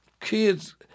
kids